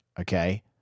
okay